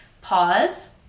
pause